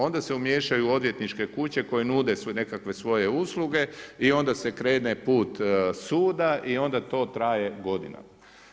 Onda se umiješaju odvjetničke kuće koje nude nekakve svoje usluge i onda se krene put suda i onda to traje godinama.